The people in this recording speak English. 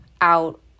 out